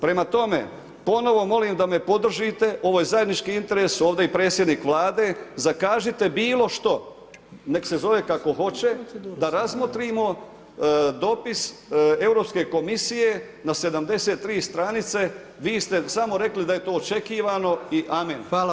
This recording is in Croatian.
Prema tome, ponovo molim da me podržite, ovo je zajednički interes, ovde je i predsjednik Vlade, zakažite bilo što, nek se zove kako hoće, da razmotrimo dopis Europske komisije na 73 stranice, vi ste samo rekli da je to očekivano i amen.